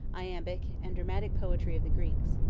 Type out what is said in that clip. iambic, and dramatic poetry of the greeks.